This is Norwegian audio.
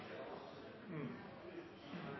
Jeg har